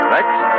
Next